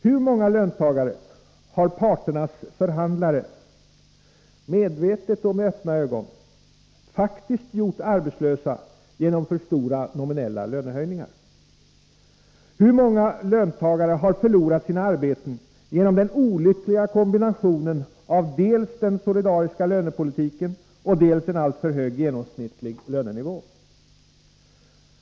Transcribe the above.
Hur många löntagare har parternas förhandlare — medvetet och med öppna ögon -— faktiskt gjort arbetslösa genom för stora nominella lönehöjningar? Hur många löntagare har förlorat sina arbeten genom den olyckliga kombinationen av dels den solidariska lönepolitiken, dels en alltför hög genomsnittlig lönenivå?